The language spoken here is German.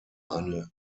eine